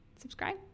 Subscribe